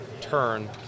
turn